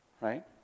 Right